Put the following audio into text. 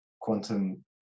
quantum